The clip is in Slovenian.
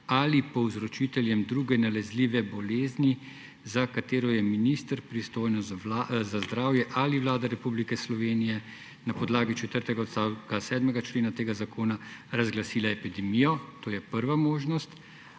ali povzročiteljem druge nalezljive bolezni, za katero je minister, pristojen za zdravje, ali Vlada Republike Slovenije na podlagi 4. odstavka 7. člena tega zakona razglasila epidemijo. To je prva možnost,